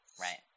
Right